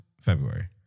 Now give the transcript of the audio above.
February